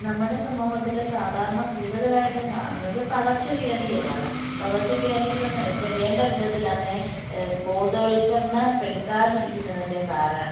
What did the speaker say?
നമ്മുടെ സമൂഹത്തിൽ സാധാരണ കൂടുതലായിട്ടും കാണുന്നത് പകർച്ചവ്യാധികളാണ് പകർച്ചവ്യാധികൾ എന്ന് വെച്ചാൽ വേണ്ട വിധത്തിൽ അതിനെ ബോധവൽക്കരണപ്പെടുത്താതിരിക്കുന്നതിൻ്റെ കാര